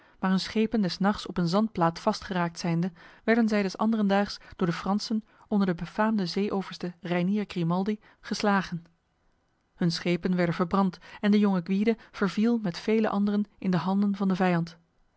maar hun schepen des nachts op een zandplaat vastgeraakt zijnde werden zij des anderendaags door de fransen onder de befaamde zeeoverste reinier grimaldi geslagen hun schepen werden verbrand en de jonge gwyde verviel met vele anderen in de handen van de vijand